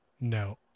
no